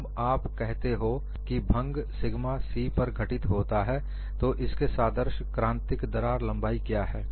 जब आप कहते हो की भंग सिग्मा c पर घटित होता है तो इसके सादृश्य क्रांतिक दरार लंबाई क्या है